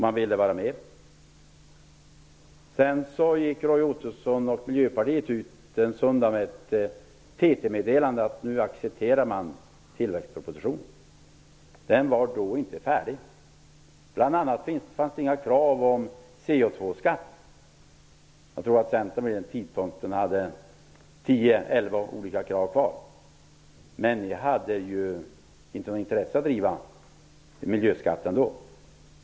Sedan gick Roy Ottosson och Miljöpartiet en söndag ut med ett TT-meddelande om att man accepterade tillväxtpropositionen. Den var inte färdig då. Det fanns bl.a. inga krav på CO2-skatt. Centern hade vid den tidpunkten tio elva olika krav kvar, men Miljöpartiet hade då inte något intresse av att driva frågan om miljöskatten.